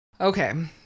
Okay